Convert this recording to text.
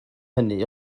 hynny